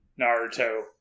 Naruto